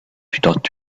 stadt